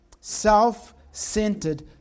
Self-centered